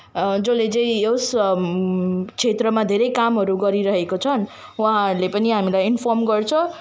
जसले चाहिँ यस क्षेत्रमा धेरै काम गरिरहेका छन् उहाँहरूले पनि हामीलाई इन्फर्म गर्छ